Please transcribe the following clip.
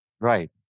Right